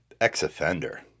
Ex-Offender